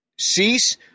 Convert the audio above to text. Cease